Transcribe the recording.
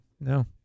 No